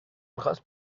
میخواست